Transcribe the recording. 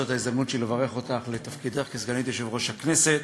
זאת ההזדמנות שלי לברך אותך על תפקידך כסגנית יושב-ראש הכנסת,